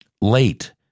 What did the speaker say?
late